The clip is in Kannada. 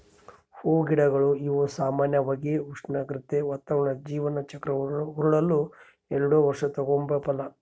ಹೂಗಿಡಗಳು ಇವು ಸಾಮಾನ್ಯವಾಗಿ ಉಷ್ಣಾಗ್ರತೆ, ವಾತಾವರಣ ಜೀವನ ಚಕ್ರ ಉರುಳಲು ಎಲ್ಡು ವರ್ಷ ತಗಂಬೋ ಫಲ